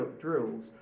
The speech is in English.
drills